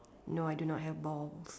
no I don't not have ball